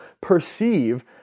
perceive